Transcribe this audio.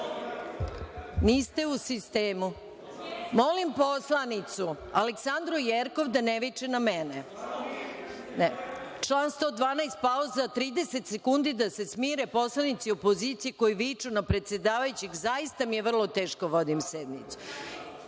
Jesam u sistemu.)Molim poslanicu Aleksandru Jerkov da ne viče na mene. Član 112, pauza od 30 sekundi, da se smire poslanici opozicije koji viču na predsedavajućeg. Zaista mi je vrlo teško da vodim sednicu.(Marko